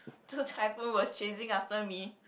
two typhoons were chasing after me